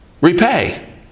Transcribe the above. repay